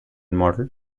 model